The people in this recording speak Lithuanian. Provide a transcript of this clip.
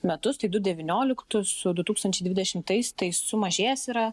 metus tai du devynioliktus su du tūkstančiai dvidešimtais tai sumažėjęs yra